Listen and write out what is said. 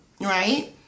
right